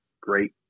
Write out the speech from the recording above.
great